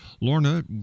Lorna